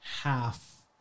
half